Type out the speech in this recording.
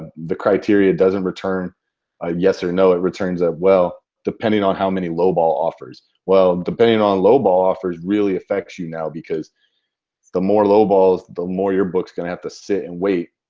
ah the criteria doesn't return yes or no. it returns that well depending on how many lowball offers. well depending on lowball offers really affects you now because the more lowballs, the more your books going to have to sit and wait.